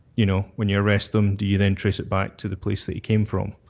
you know, when you arrest him, do you then trace it back to the place that you came from?